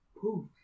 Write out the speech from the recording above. poof